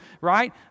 right